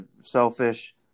selfish